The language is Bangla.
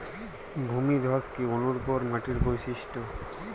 ভূমিধস কি অনুর্বর মাটির বৈশিষ্ট্য?